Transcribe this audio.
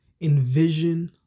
Envision